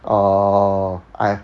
orh I've